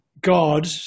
God